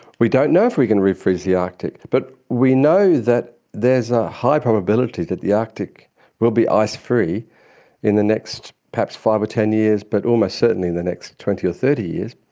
we don't know if we can re-freeze the arctic, but we know that there's a high probability that the arctic will be ice free in the next perhaps five or ten years but almost certainly in the next twenty or thirty years.